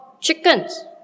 chickens